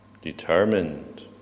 determined